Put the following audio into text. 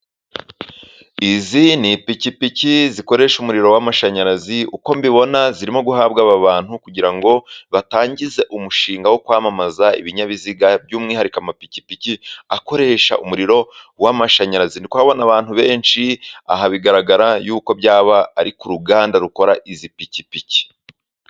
Izi ni ipikipiki zikoresha umuriro w'amashanyarazi. Uko mbibona zirimo guhabwa aba bantu, kugira ngo batangize umushinga wo kwamamaza ibinyabiziga, by'umwihariko amapikipiki akoresha umuriro w'amashanyarazi. Ndi kuhabona abantu benshi, aha bigaragara yuko byaba ari ku ruganda rukora izi pikipiki.